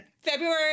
february